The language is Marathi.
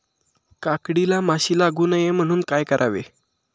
काकडीला माशी लागू नये म्हणून काय करावे?